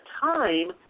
time